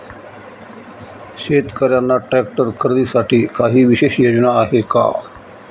शेतकऱ्यांना ट्रॅक्टर खरीदीसाठी काही विशेष योजना आहे का?